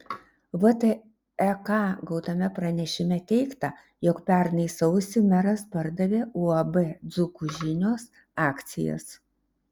vtek gautame pranešime teigta jog pernai sausį meras pardavė uab dzūkų žinios akcijas